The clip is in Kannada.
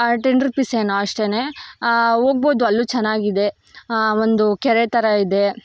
ಟೆನ್ ರೂಪೀಸ್ ಏನೋ ಅಷ್ಟೇ ಹೋಗ್ಬೋದು ಅಲ್ಲೂ ಚೆನ್ನಾಗಿದೆ ಒಂದು ಕೆರೆ ಥರ ಇದೆ